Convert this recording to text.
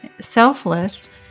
selfless